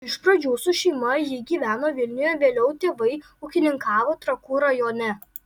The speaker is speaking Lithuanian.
iš pradžių su šeima ji gyveno vilniuje vėliau tėvai ūkininkavo trakų rajone